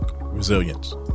resilience